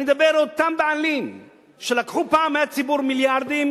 אני מדבר על אותם בעלים שלקחו פעם מהציבור מיליארדים,